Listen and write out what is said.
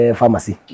pharmacy